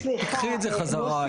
קחי את זה חזרה,